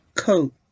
Coat